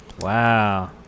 Wow